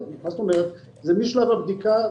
זה משלב הבדיקה,